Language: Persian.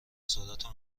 سرعت